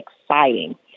exciting